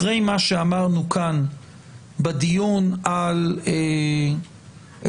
אחרי מה שאמרנו כאן בדיון על --- סליחה,